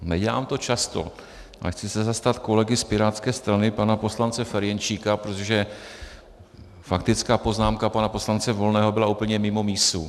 Nedělám to často, ale chci se zastat kolegy z pirátské strany pana poslance Ferjenčíka, protože faktická poznámka pana poslance Volného byla úplně mimo mísu.